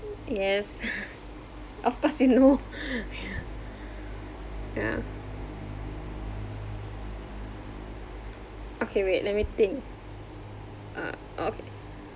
yes of course you know ya yeah okay wait let me think uh okay